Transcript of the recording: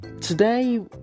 Today